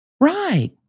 Right